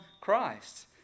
Christ